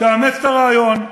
תאמץ את הרעיון,